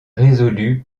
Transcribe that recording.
résolue